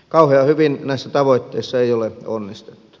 kauhean hyvin näissä tavoitteissa ei ole onnistuttu